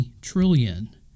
trillion